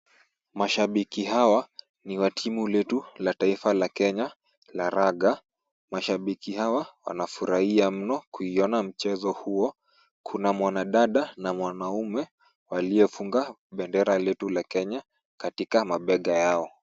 Mashabiki hawa ni wa timu letu la taifa la Kenya la raga. Mashabiki hawa wanafurahia mno kuiona mchezo huo. Kuna mwanadada na mwanaume waliofunga bendera letu la Kenya katika mabega yao.